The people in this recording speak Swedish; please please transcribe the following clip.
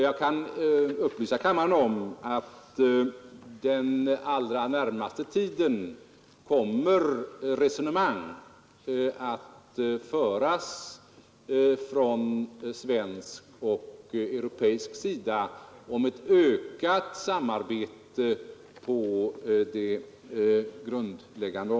Jag kan upplysa kammaren om att inom den allra närmaste tiden kommer resonemang från svensk och europeisk sida att föras om ett ökat samarbete inom fusionsforskningen.